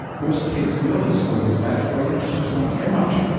most kids know that smoking's bad for you. they just don't care much.